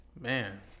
Man